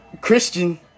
Christian